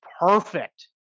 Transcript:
perfect